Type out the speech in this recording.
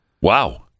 Wow